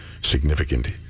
significant